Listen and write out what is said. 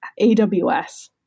AWS